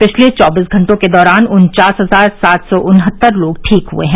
पिछले चौबीस घंटों के दौरान उन्चास हजार सात सौ उनहत्तर लोग ठीक हुए हैं